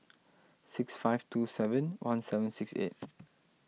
six five two seven one seven six eight